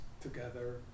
together